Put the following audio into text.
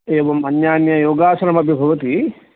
एवम् अन्यान्ययोगासनमपि भवति